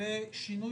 בשינוי